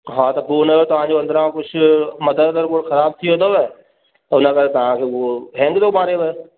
हा त हुन जो तव्हांजो अंदरां कुझु मदर वदर बोड ख़राबु थी वियो अथव हुन करे तव्हांखे उहो हैंग थो मारेव